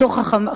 לפחות בתוך חממה,